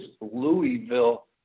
Louisville